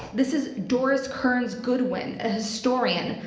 this is doris kearns goodwin, a historian.